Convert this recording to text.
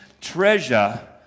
treasure